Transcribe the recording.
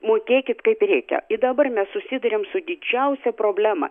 mokėkit kaip reikia dabar mes susiduriam su didžiausia problema